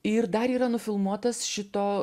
ir dar yra nufilmuotas šito